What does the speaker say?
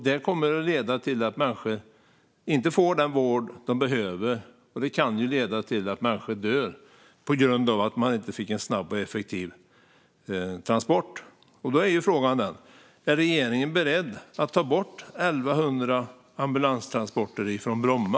Det kommer att leda till att människor inte får den vård de behöver, och människor kan dö på grund av att de inte får snabba och effektiva transporter. Då är frågan: Är regeringen beredd att ta bort 1 100 ambulanstransporter från Bromma?